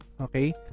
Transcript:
okay